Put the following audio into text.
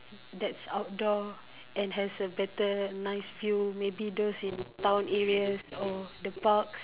that's outdoor and has a better nice view maybe those in town areas or the parks